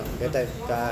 no ah